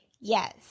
Yes